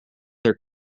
their